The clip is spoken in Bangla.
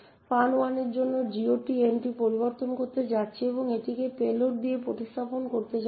fun1 এর জন্য GOT এন্ট্রি পরিবর্তন করতে যাচ্ছি এবং এটিকে পেলোড দিয়ে প্রতিস্থাপন করতে যাচ্ছি